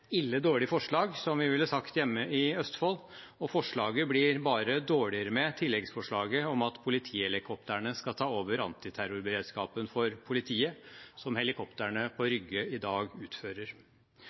dårlig» forslag, som vi ville sagt hjemme i Østfold, og forslaget blir bare dårligere med tilleggsforslaget om at politihelikoptrene skal ta over antiterrorberedskapen for politiet, som helikoptrene på